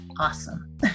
awesome